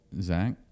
Zach